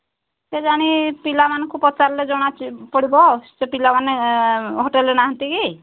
କେଜାଣି ପିଲାମାନଙ୍କୁ ପଚାରିଲେ ଜଣାପଡ଼ିବ ପିଲାମାନେ ହୋଟେଲ୍ରେ ନାହାଁନ୍ତି କି